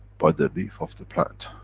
by the leaf of the plant.